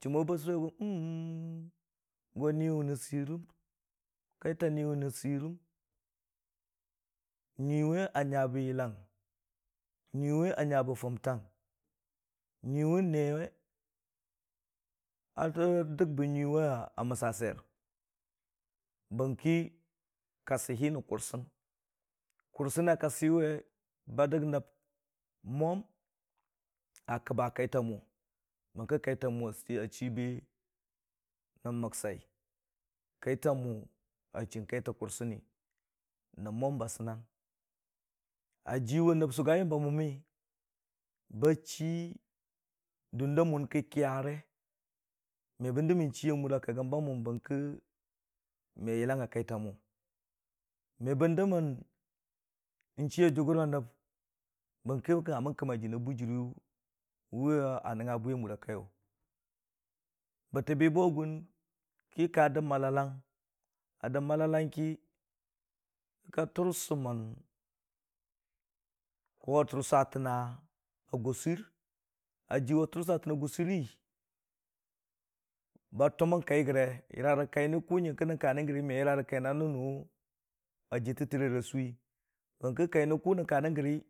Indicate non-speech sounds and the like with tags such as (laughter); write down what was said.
chumo bə suwe go (hesitation) go ni wun nəu sirəm, kaitə ni wu nən sirəm nyuiiwe ə nyəbə yəlləng nyuiiwe a nyəbə fumtəng nyuii we neewə a dəg bə nyuii we a mədə swiyer bərki kasi hi nən kusang kusan a kasiyu we bə dəg nəb mwəm ə kabə kai tə mo, bərki kaitə mo a chiibe rə məgsai, kaitə mo a chii kaitə kusani nəb mwəm bə sinnən a jiwi nəb sugə yəm bə moi bə chii dundə mon ka kiyəre, me bə dəmmənən chii a gwə kagəm bə mon bərki me yolləng a kaitə mo, me bən dəmmən n'chii a juggu a nəb bərki ka mən kamərə jinii a bujiri a nəngngə bwiyu a kaiyu. bətə bi a gu ki ka dəb mələləng, a dəb mələləng ki, ka ka tursamən ko tursa tən nə gusir, a jiwə tursatən nə gusir rə bə tumən kai gəre yərə kai nə ku nən ka nən gəri me yərərə kai nə nən nu a jitə ti rerə suwi. (unintelligible)